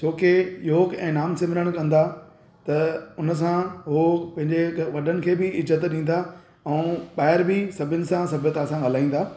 छोकी योग ऐं नाम सिमरन कंदा त उन सां उहो पंहिंजे वॾनि खे बि इज़त ॾींदा ऐं ॿाहिरि बि सभिनि सां सभ्यता सां ॻाल्हाईंदा